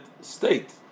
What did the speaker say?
state